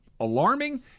alarming